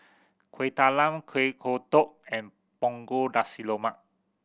Kueh Talam Kuih Kodok and Punggol Nasi Lemak